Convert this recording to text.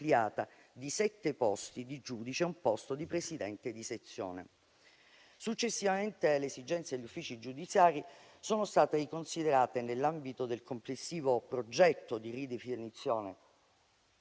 di sette posti di giudice e un posto di presidente di sezione. Successivamente le esigenze degli uffici giudiziari sono state riconsiderate, nell'ambito del complessivo progetto di ridefinizione